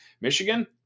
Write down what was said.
Michigan